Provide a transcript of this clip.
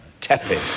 Tepid